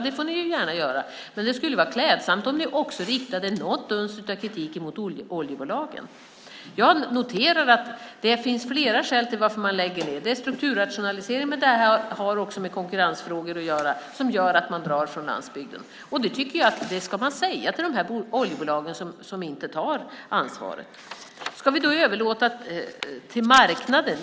Det får ni gärna göra, men det skulle vara klädsamt om ni också riktade något uns av kritiken mot oljebolagen. Jag noterar att det finns flera skäl till att man lägger ned. Det är strukturrationalisering - det har också med konkurrensfrågor att göra - som gör att man drar från landsbygden, och det tycker jag att man ska säga till de här oljebolagen som inte tar ansvaret. Ska vi då överlåta detta till marknaden?